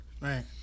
Right